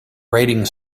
rating